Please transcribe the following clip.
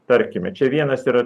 tarkime čia vienas yra